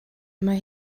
mae